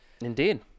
indeed